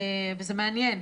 וזה מעניין.